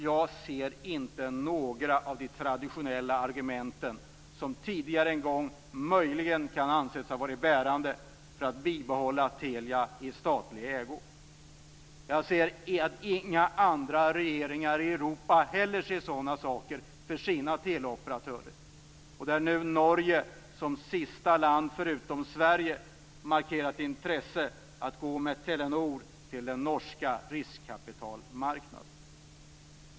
Jag ser inte några av de traditionella argumenten, som tidigare kan ha setts som bärande, för att bibehålla Telia i statlig ägo. Jag ser att inga andra regeringar i Europa heller ser sådana saker för sina teleoperatörer. Där har nu Norge, som sista land förutom Sverige, markerat intresse av att gå med Telenor till den norska riskkapitalmarknaden.